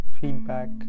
feedback